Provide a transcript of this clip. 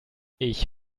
ich